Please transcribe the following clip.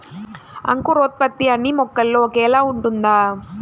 అంకురోత్పత్తి అన్నీ మొక్కల్లో ఒకేలా ఉంటుందా?